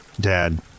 Dad